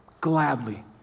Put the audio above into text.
Gladly